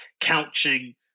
couching